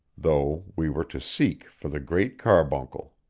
though we were to seek for the great carbuncle